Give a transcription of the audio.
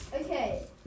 Okay